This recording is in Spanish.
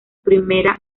primera